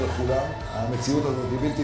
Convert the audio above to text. כשיגיעו תושבים, ומצד שני